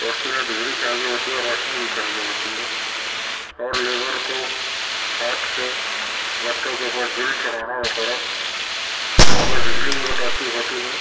تو اس کے لیے بجلی چاہیے ہوتی ہے اور روشنی بھی چاہیے ہوتی ہے اور لیبر کو ہاتھ سے گتوں کے اوپر جلد چڑھانا وغیرہ تو اگر بجلی کی کٹوتی ہوتی ہے